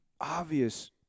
obvious